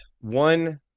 one